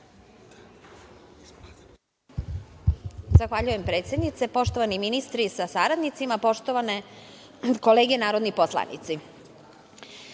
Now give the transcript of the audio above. Poštovana predsednice, poštovani ministri sa saradnicima, poštovane kolege narodni poslanici,